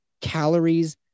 calories